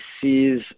sees